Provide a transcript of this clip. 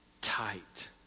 tight